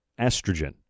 estrogen